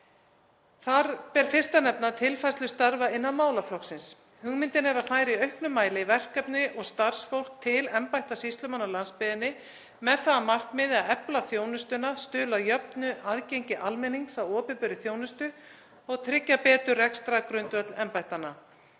Þar ber fyrst að nefna tilfærslu starfa innan málaflokksins. Hugmyndin er að færa í auknum mæli verkefni og starfsfólk til embætta sýslumanna á landsbyggðinni með það að markmiði að efla þjónustuna, stuðla að jöfnu aðgengi almennings að opinberri þjónustu og tryggja betur rekstrargrundvöll embættanna.